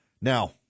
Now